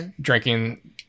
drinking